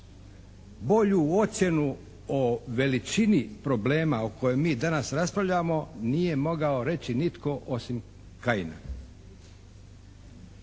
Bolju ocjenu o veličini problema o kojem mi danas raspravljamo nije mogao reći nitko osim Kajina.